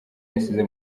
yasize